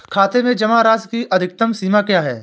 खाते में जमा राशि की अधिकतम सीमा क्या है?